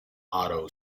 auto